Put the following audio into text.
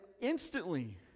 instantly